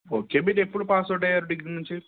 okay మీరు ఎప్పుడు passed out అయ్యారు డిగ్రీ నుంచి